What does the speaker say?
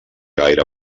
gaire